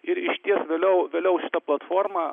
ir išties vėliau vėliau šita platforma